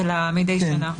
אלא מדי שנה.